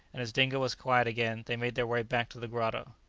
and as dingo was quiet again, they made their way back to the grotto.